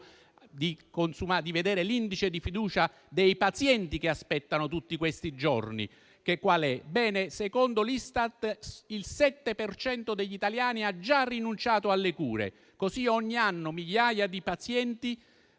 quale sia l'indice di fiducia dei pazienti che aspettano tutti questi giorni - il 7 per cento degli italiani ha già rinunciato alle cure. Così, ogni anno migliaia di pazienti